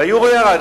היורו ירד.